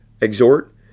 exhort